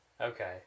okay